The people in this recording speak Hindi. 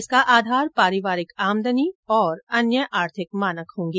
इसका आधार पारिवारिक आमदनी तथा अन्य आर्थिक मानक होंगे